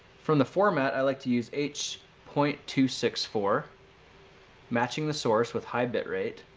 from the format, i like to use h point two six four matching the source with high bit rate